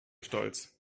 stolz